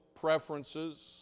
preferences